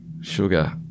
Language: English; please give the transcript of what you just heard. Sugar